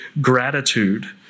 gratitude